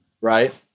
Right